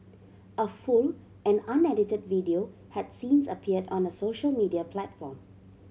a full and unedited video had since appeared on a social media platform